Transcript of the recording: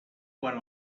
quan